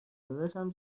داداشم